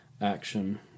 action